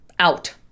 Out